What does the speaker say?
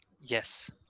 Yes